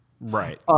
Right